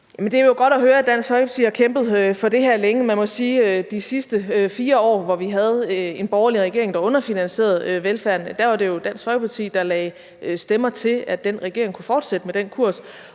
Det er jo godt at høre, at Dansk Folkeparti har kæmpet for det her længe. Man må sige, at de sidste 4 år, hvor vi havde en borgerlig regering, der underfinansierede velfærden, var det jo Dansk Folkeparti, der lagde stemmer til, at den regering kunne fortsætte med den kurs,